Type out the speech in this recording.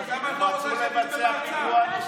רצו לבצע עוד פיגוע,